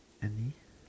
any